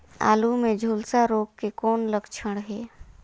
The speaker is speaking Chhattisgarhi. आलू मे झुलसा रोग के कौन लक्षण हे?